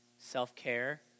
Self-care